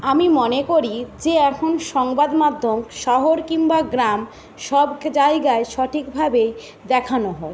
আমি মনে করি যে এখন সংবাদমাধ্যম শহর কিংবা গ্রাম সব জায়গায় সঠিকভাবে দেখানো হয়